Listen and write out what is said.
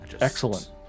Excellent